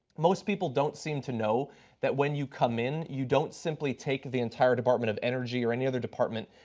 most people don't seem to know that when you come in, you don't simply take the entire department of energy, or any other department,